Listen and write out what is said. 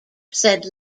said